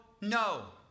no